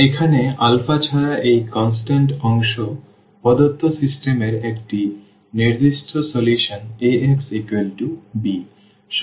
এখানে আলফা ছাড়া এই কনস্ট্যান্ট অংশ প্রদত্ত সিস্টেম এর একটি নির্দিষ্ট সমাধান Ax b